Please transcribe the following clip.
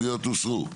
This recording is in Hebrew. ההסתייגויות הוסרו.